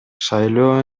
шайлоо